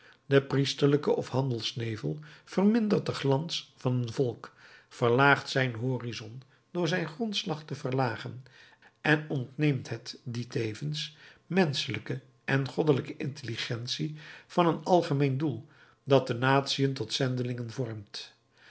de priesterlijke of handels nevel vermindert den glans van een volk verlaagt zijn horizon door zijn grondslag te verlagen en ontneemt het die tevens menschelijke en goddelijke intelligentie van een algemeen doel dat de natiën tot zendelingen vormt